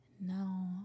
No